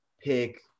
pick